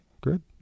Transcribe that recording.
good